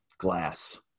Glass